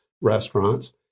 restaurants